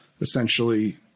essentially